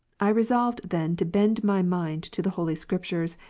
i resolved then to bend my mind to the holy scriptures,